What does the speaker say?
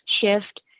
shift